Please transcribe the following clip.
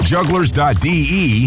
Jugglers.de